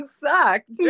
sucked